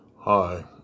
Hi